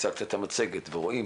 הצגת את המצגת ורואים